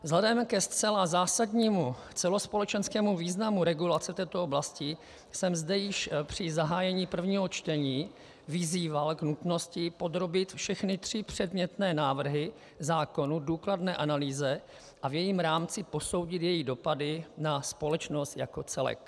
Vzhledem ke zcela zásadnímu celospolečenskému významu regulace této oblasti jsem zde již při zahájení prvního čtení vyzýval k nutnosti podrobit všechny tři předmětné návrhy zákonů důkladné analýze a v jejím rámci posoudit její dopady na společnost jako celek.